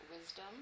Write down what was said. wisdom